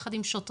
יחד עם שוטרים,